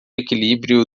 equilíbrio